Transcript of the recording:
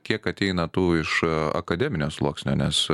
kiek ateina tų iš akademinio sluoksnio nes